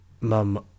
mum